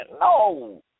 No